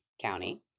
County